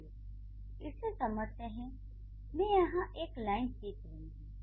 चलिए इसे समझते हैं मैं यहाँ एक लाइन खींच रही हूँ